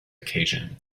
occasion